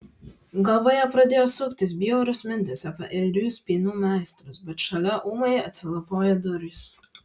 galvoje pradėjo suktis bjaurios mintys apie airių spynų meistrus bet šalia ūmai atsilapojo durys